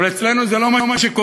אבל אצלנו זה לא מה שקורה,